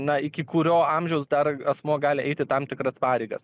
na iki kurio amžiaus dar asmuo gali eiti tam tikras pareigas